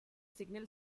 signal